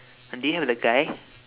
do you have the guy